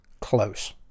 Close